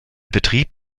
betrieb